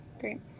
Great